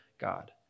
God